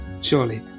surely